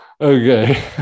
Okay